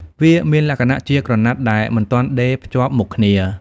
វាមានលក្ខណៈជាក្រណាត់ដែលមិនទាន់ដេរភ្ជាប់មុខគ្នា។